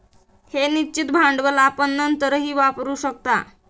हे निश्चित भांडवल आपण नंतरही वापरू शकता